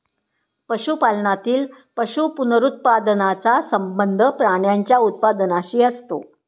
पशुपालनातील पशु पुनरुत्पादनाचा संबंध प्राण्यांच्या उत्पादनाशी असतो